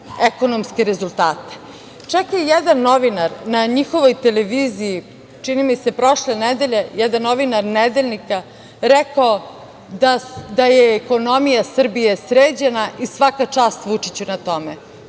ekonomske rezultate. Čak je jedan novinar na njihovoj televiziji, čini mi se prošle nedelje, jedan novinar nedeljnika rekao da je ekonomija Srbije sređena i svaka čast Vučiću na tome. Da.